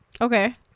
okay